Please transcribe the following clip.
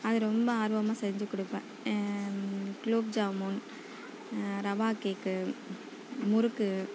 அது ரொம்ப ஆர்வமாக செஞ்சுக் கொடுப்பேன் குலோப் ஜாமுன் ரவா கேக்கு முறுக்கு